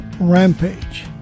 Rampage